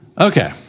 Okay